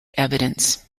evidence